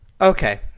Okay